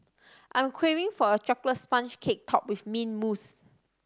I am craving for a chocolate sponge cake topped with mint mousse